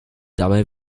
dabei